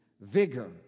vigor